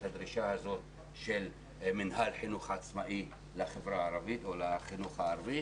הדרישה הזו של מנהל חינוך עצמאי לחברה הערבית או לחינוך הערבי.